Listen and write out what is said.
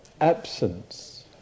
absence